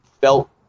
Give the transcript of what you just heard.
felt